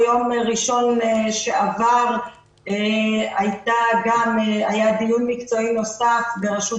ביום ראשון שעבר היה דיון מקצועי נוסף בראשות